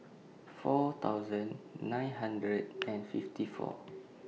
four thousand nine hundred and fifty four